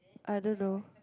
I don't know